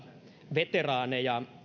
veteraaneja